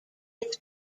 its